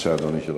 בבקשה, אדוני.